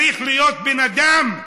צריך להיות בן אדם.